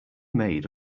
made